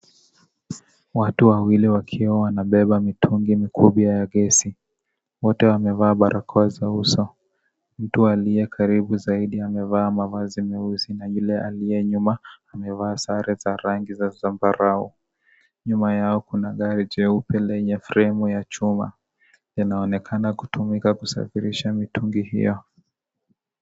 Watu wawili wakiwa wanabeba mitungi miwili mikubwa ya gesi. Wote wamevaa barakoa kwa uso. Mtu aliyekaribu zaidi amevaa mavazi meusi, na yule aliye nyuma amevaa sare za rangi za zambarau. Nyuma yao kuna gari jeupe lenye fremu ya chuma. Yanaonekana kutumika kusafirisha mitungi hiyo.